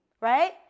right